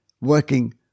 working